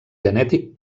genètic